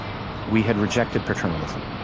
we had rejected paternalism,